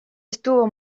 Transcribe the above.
estuvo